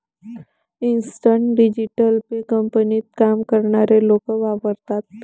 instant digital pay कंपनीत काम करणारे लोक वापरतात